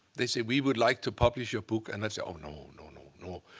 they said, we would like to publish your book. and i said, oh no, no, no no.